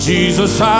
Jesus